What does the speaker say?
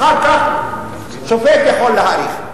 אחר כך שופט יכול להאריך.